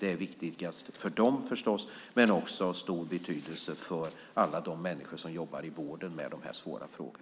Det är viktigt för dem, förstås, men har också stor betydelse för alla de människor som jobbar i vården med dessa svåra frågor.